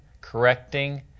correcting